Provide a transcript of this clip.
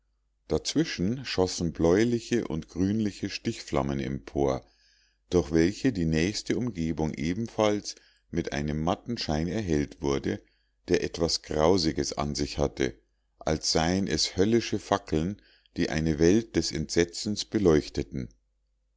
dazwischen schossen bläuliche und grünliche stichflammen empor durch welche die nächste umgebung ebenfalls mit einem matten schein erhellt wurde der etwas grausiges an sich hatte als seien es höllische fackeln die eine welt des entsetzens beleuchteten